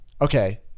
Okay